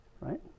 right